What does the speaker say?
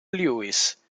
lewis